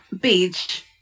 beach